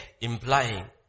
implying